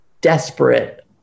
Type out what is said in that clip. desperate